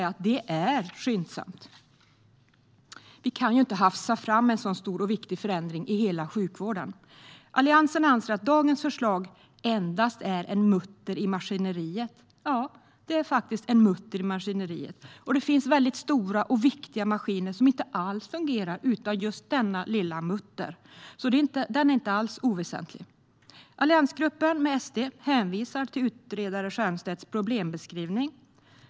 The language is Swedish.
Det är skyndsamt. Vi kan inte hafsa fram en sådan stor och viktig förändring i hela sjukvården. Alliansen anser att dagens förslag endast är en mutter i maskineriet. Ja, det är faktiskt en mutter i maskineriet. Och det finns mycket stora och viktiga maskiner som inte alls fungerar utan just denna lilla mutter. Den är därför inte oväsentlig. Alliansgruppen med SD hänvisar till utredare Stiernstedts problembeskrivning.